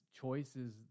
choices